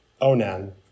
Onan